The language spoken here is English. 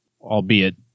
albeit